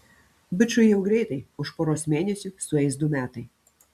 bičui jau greitai už poros mėnesių sueis du metai